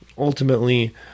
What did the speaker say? ultimately